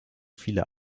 viele